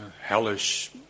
hellish